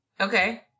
Okay